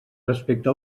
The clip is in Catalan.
respecte